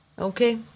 Okay